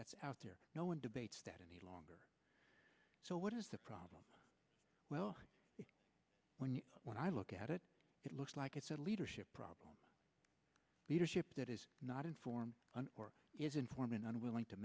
that's out there no one debates that any longer so what is the problem well when you when i look at it it looks like it's a leadership problem leadership that is not informed and is informing unwilling to